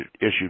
issued